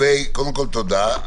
קודם כל, תודה.